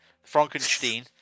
Frankenstein